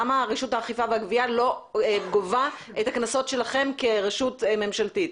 למה רשות האכיפה והגבייה לא גובה את הקנסות שלכם כרשות ממשלתית?